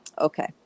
Okay